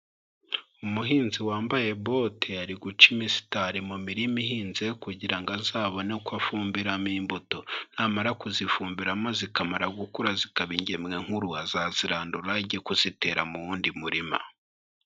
Umuhinzi wambaye bote ari guca imisitari mu mirima ihinze kugira ngo azabone uko afumbiramo imbuto, namara kuzifumbiramo zikamara gukura zikaba ingemwe nkuru azazirandura ajye kuzitera mu wundi murima.